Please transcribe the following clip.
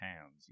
Towns